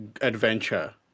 adventure